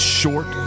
short